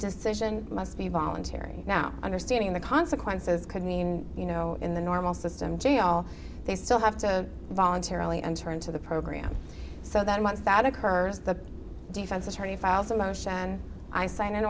decision must be voluntary now understanding the consequences could mean you know in the normal system jail they still have to voluntarily enter into the program so that once that occurs the defense attorney files so much and i sign